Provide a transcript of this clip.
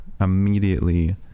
immediately